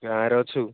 ଗାଁ'ରେ ଅଛୁ